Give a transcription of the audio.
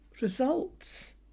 results